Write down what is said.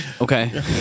okay